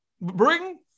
bring